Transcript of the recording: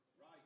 right